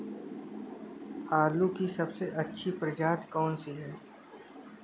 आलू की सबसे अच्छी प्रजाति कौन सी है?